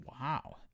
wow